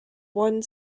one